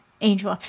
angel